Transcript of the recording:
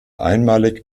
einmalig